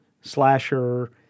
slasher